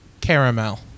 caramel